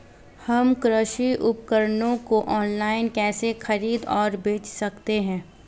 हम कृषि उपकरणों को ऑनलाइन कैसे खरीद और बेच सकते हैं?